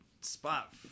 spot